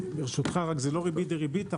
ברשותך, זאת לא ריבית דריבית.